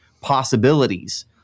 possibilities